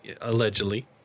allegedly